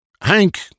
Hank